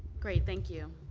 great, thank you.